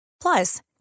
Plus